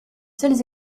seuls